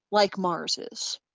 like mars is.